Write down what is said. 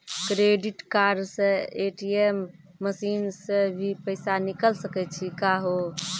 Credit card से ATM machine से भी पैसा निकल सकै छि का हो?